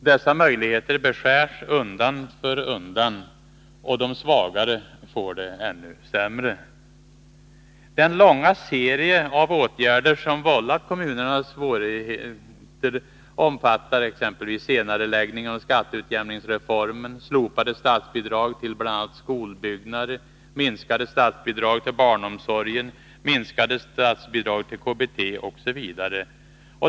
Dessa möjligheter beskärs undan för undan, och de svagare får det ännu sämre. Den långa serien av åtgärder som vållat kommunerna svårigheter omfattar exempelvis senareläggningen av skatteutjämningsreformen, slopade statsbidrag till bl.a. skolbyggnader, minskade statsbidrag till barnomsorgen, minskade statsbidrag till KBT osv.